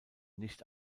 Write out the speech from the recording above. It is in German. nicht